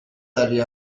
داری